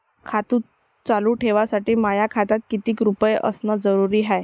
खातं चालू ठेवासाठी माया खात्यात कितीक रुपये असनं जरुरीच हाय?